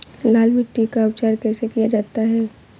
लाल मिट्टी का उपचार कैसे किया जाता है?